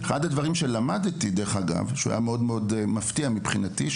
אחד הדברים שלמדתי שהיה מפתיע מאוד מבחינתי הוא